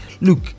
look